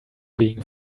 being